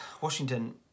Washington